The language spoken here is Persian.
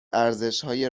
ارزشهای